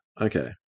Okay